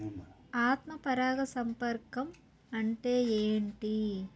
ఆత్మ పరాగ సంపర్కం అంటే ఏంటి?